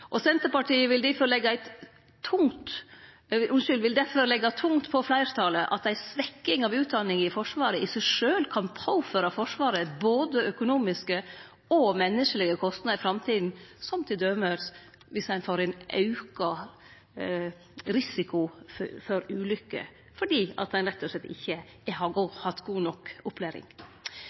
og Senterpartiet vil difor leggje tungt på fleirtalet at ei svekking av utdanninga i Forsvaret i seg sjølv kan påføre Forsvaret både økonomiske og menneskelege kostnader i framtida, t.d. om ein får ein auka risiko for ulukker fordi ein rett og slett ikkje har hatt god nok opplæring.